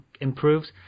improves